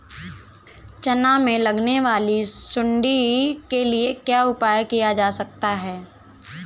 चना में लगने वाली सुंडी के लिए क्या उपाय किया जा सकता है?